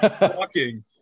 Walking